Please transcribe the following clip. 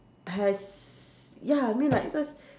has ya I mean like because